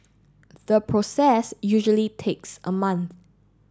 the process usually takes a month